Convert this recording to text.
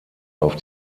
auf